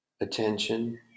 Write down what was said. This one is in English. attention